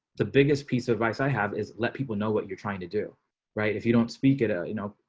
the biggest piece of advice i have is let people know what you're trying to do right if you don't speak it out, you know,